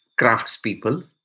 craftspeople